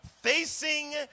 Facing